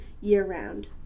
year-round